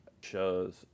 shows